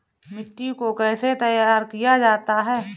मिट्टी को कैसे तैयार किया जाता है?